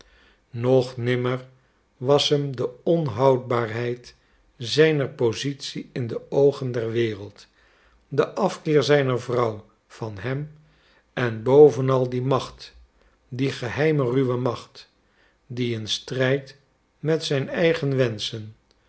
nog nimmer was hem de onhoudbaarheid zijner positie in de oogen der wereld de afkeer zijner vrouw van hem en bovenal die macht die geheime ruwe macht die in strijd met zijn eigen wenschen